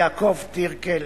יעקב טירקל,